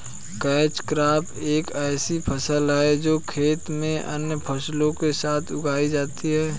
catch crop एक ऐसी फसल है जो खेत में अन्य फसलों के साथ उगाई जाती है